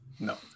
No